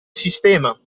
sistema